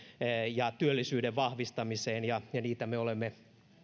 ja työllisyyden vahvistamiseen ja ja niitä me olemme